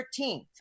13th